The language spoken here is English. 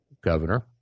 Governor